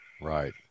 Right